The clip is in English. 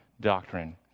doctrine